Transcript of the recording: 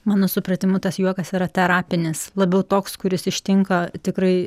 mano supratimu tas juokas yra terapinis labiau toks kuris ištinka tikrai